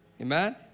Amen